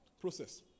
Process